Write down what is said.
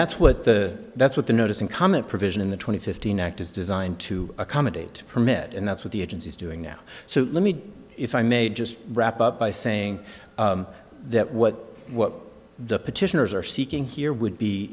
that's what the that's what the notice and comment provision the twenty fifteen act is designed to accommodate permit and that's what the agency is doing now so let me if i may just wrap up by saying that what what the petitioners are seeking here would be